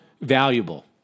valuable